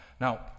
Now